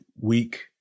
week